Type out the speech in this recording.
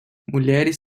mulheres